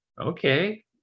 okay